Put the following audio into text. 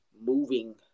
moving